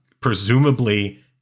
presumably